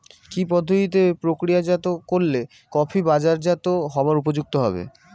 কি পদ্ধতিতে প্রক্রিয়াজাত করলে কফি বাজারজাত হবার উপযুক্ত হবে?